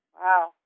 Wow